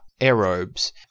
aerobes